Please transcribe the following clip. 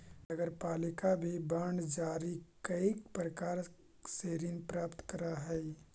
नगरपालिका भी बांड जारी कईक प्रकार से ऋण प्राप्त करऽ हई